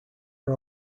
are